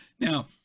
Now